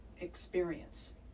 experience